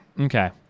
Okay